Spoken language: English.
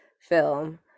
film